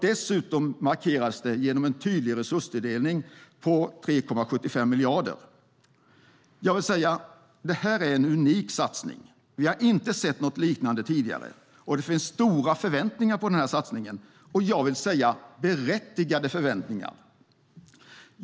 Dessutom markeras det genom en tydlig resurstilldelning på 3,75 miljarder. Det här är en unik satsning. Vi har inte sett något liknande tidigare. Det finns stora förväntningar på den här satsningen, och det är berättigade förväntningar.